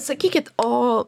sakykit o